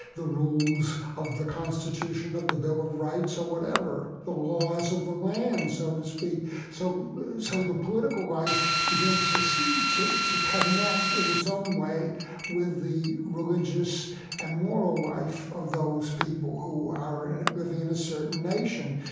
the rules of the constitution, of the bill of rights, or whatever, the laws of the land, so to speak so so the political life begins to so to connect in its own way with the religious and moral life of those people who are and living in a certain nation.